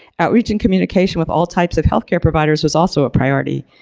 outreaching communication with all types of healthcare providers was also a priority.